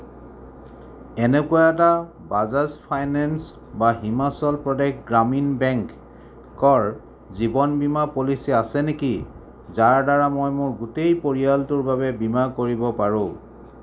এনেকুৱা এটা বাজাজ ফাইনেন্স বা হিমাচল প্ৰদেশ গ্ৰামীণ বেংকৰ জীৱন বীমা পলিচী আছে নেকি যাৰ দ্বাৰা মই মোৰ গোটেই পৰিয়ালটোৰ বাবে বীমা কৰিব পাৰোঁ